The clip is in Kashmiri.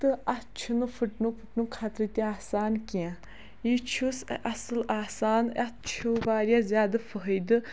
تہٕ اَتھ چھُنہٕ فٕٹنُک وٕٹنُک خطرٕ تہِ آسان کینٛہہ یہِ چھُس اَصٕل آسان اَتھ چھُ واریاہ زیادٕ فٲیِدٕ